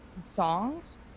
songs